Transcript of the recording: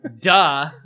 duh